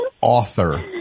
Author